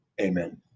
Amen